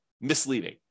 misleading